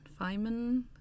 Feynman